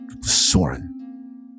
Soren